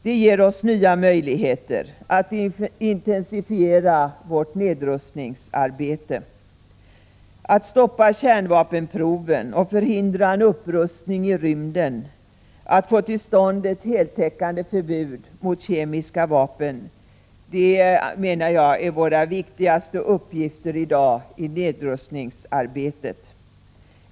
Det ger oss nya möjligheter att intensifiera vårt nedrustningsarbete. Att stoppa kärnvapenproven, att förhindra en upprustning i rymden och att få till stånd ett heltäckande förbud mot kemiska vapen anser jag vara våra viktigaste uppgifter i dag i nedrustningsarbetet.